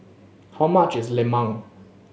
how much is lemang